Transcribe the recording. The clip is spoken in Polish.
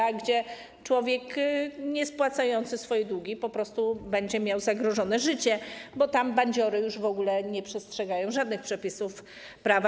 Tam człowiek niespłacający swoich długów po prostu będzie miał zagrożone życie, bo tam bandziory już w ogóle nie przestrzegają żadnych przepisów prawa.